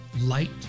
light